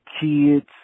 kids